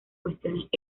cuestiones